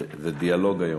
זה דיאלוג היום.